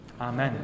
amen